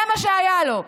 זה מה שהיה לו,